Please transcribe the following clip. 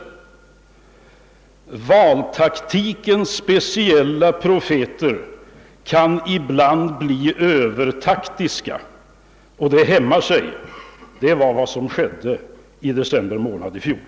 Valtaktikens speciella profeter kan ibland bli övertaktiska. Men det hämnar sig. Det var vad som skedde i december månad i fjol.